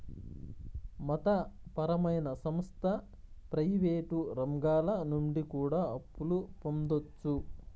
మత పరమైన సంస్థ ప్రయివేటు రంగాల నుండి కూడా అప్పులు పొందొచ్చు